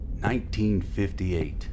1958